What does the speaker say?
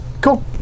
Cool